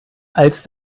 als